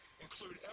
include